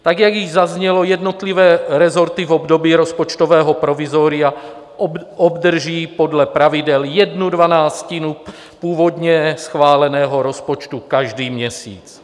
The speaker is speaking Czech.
Tak jak již zaznělo, jednotlivé rezorty v období rozpočtového provizoria obdrží podle pravidel jednu dvanáctinu původně schváleného rozpočtu každý měsíc.